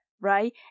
right